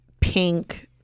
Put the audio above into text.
pink